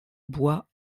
bois